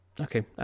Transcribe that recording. Okay